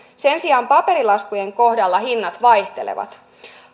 sen sijaan paperilaskujen kohdalla hinnat vaihtelevat